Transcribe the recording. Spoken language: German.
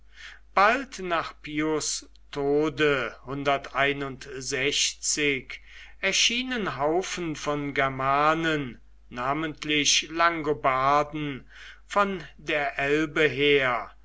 bald nach pius tode erschienen haufen von germanen namentlich langobarden von der elbe her